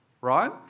right